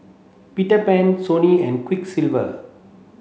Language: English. Peter Pan Sony and Quiksilver